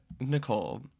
Nicole